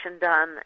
done